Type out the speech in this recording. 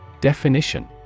definition